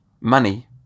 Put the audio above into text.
money